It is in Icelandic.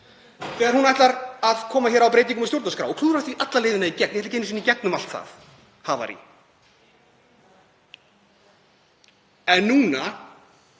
þegar hún ætlar að koma á breytingum á stjórnarskrá og klúðrar því alla leiðina í gegn, ég ætla ekki einu sinni í gegnum allt það havarí. Núna